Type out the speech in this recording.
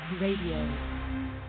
Radio